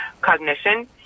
cognition